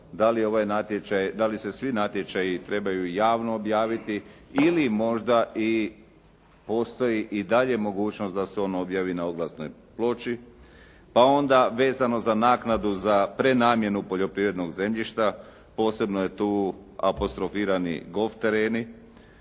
da li se svi natječaji trebaju javno objaviti ili možda i postoji i dalje mogućnost da se on objavi na oglasnoj ploči. Pa onda vezano za naknadu za prenamjenu poljoprivrednog zemljišta, posebno je tu apostrofirani golf tereni.